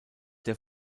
der